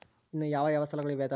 ಇನ್ನು ಯಾವ ಯಾವ ಸಾಲಗಳು ಇದಾವೆ?